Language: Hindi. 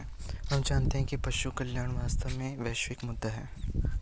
हम मानते हैं कि पशु कल्याण वास्तव में एक वैश्विक मुद्दा है